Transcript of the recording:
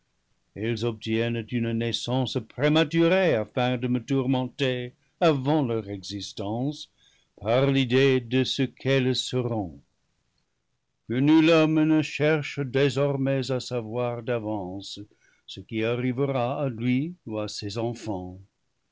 elles ob tiennent une naissance prématurée afin de me tourmenter avant leur existence par l'idée de ce qu'elles seront que nul homme ne cherche désormais à savoir d'avance ce qui arri vera à lui ou à ses enfants